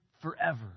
forever